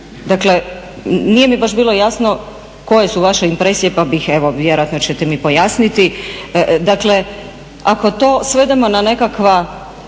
Dakle, nije mi baš bilo jasno koje su vaše impresije, pa bih evo vjerojatno ćete mi pojasniti. Dakle, ako to svedemo na nekakva